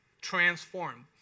transformed